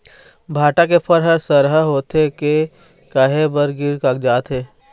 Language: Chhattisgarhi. भांटा के फर हर सरहा होथे के काहे बर गिर कागजात हे?